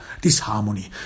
disharmony